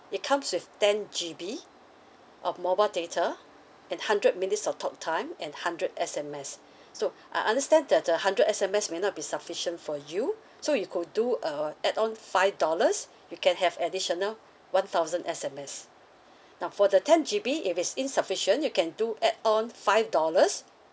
it comes with ten G_B of mobile data and hundred minutes of talktime and hundred S_M_S so I understand that the hundred S_M_S may not be sufficient for you so you could do a add-on five dollars you can have additional one thousand S_M_S now for the ten G_B if it's insufficient you can do add on five dollars